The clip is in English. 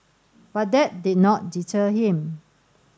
but that did not deter him